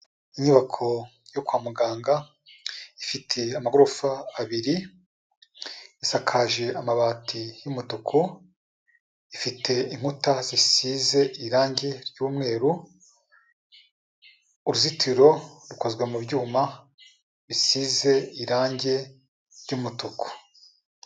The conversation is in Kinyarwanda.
Inyubako yo kwa muganga ifite amagorofa abiri, isakaje amabati y’umutuku, ifite inkuta zisize irange ry’umweru, uruzitiro rukozwe mu byuma bisize irange ry’umutuku.